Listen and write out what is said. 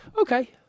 Okay